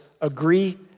agree